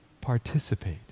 participate